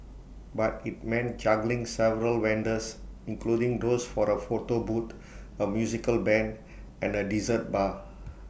but IT meant juggling several vendors including those for A photo booth A musical Band and A dessert bar